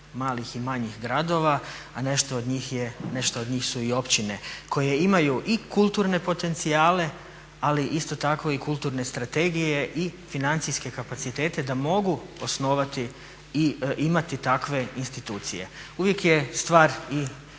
malih i manjih gradova, a nešto od njih su i općine koje imaju i kulturne potencijale, ali isto tako i kulturne strategije i financijske kapacitete da mogu osnovati i imati takve institucije. Uvijek je stvar i